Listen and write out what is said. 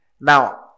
Now